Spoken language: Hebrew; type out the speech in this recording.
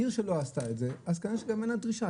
עיר שלא עשתה את זה אז כנראה שגם אין לה דרישה,